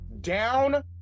down